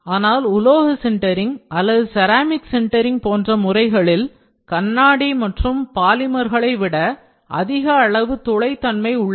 ஆனால் உலோக சின்ட்ரிங் அல்லது செராமிக் சின்ட்ரிங் போன்ற முறைகளில் கண்ணாடி மற்றும் பாலிமர் களைவிட அதிக அளவு துளைதன்மை உள்ளது